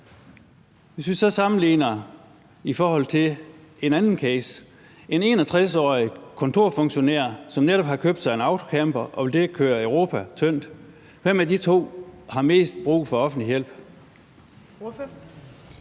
lad os så sammenligne med den anden case, nemlig en 61-årig kontorfunktionær, som netop har købt sig en autocamper og vil køre Europa tyndt. Hvem af de to har mest brug for offentlig hjælp?